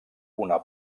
una